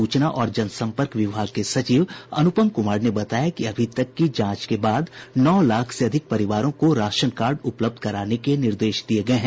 सूचना और जन सम्पर्क विभाग के सचिव अनुपम कुमार ने बताया कि अभी तक की जांच के बाद नौ लाख से अधिक परिवारों को राशन कार्ड उपलब्ध कराने के निर्देश दिये गये हैं